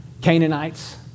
Canaanites